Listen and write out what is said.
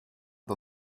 der